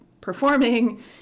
performing